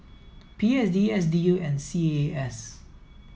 P S D S D U and C A A S